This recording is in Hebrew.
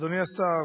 אדוני השר,